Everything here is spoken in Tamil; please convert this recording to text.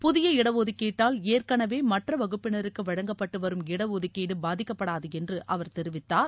புதிய இடஒதுக்கீட்டால் ஏற்கனவே மற்ற வகுப்பினருக்கு வழங்கப்பட்டு வரும் இடஒதுக்கீடு பாதிக்கப்படாது என்று அவர் தெரிவித்தார்